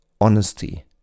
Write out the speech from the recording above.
honesty